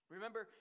Remember